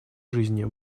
жизни